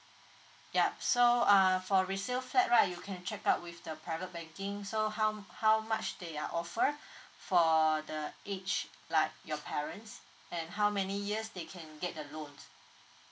yup so uh for resale flat right you can check out with the private banking so how how much they are offer for the age like your parents and how many years they can get the loan